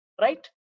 right